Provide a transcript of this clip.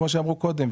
כמו שאמרו קודם.